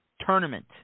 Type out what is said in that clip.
tournament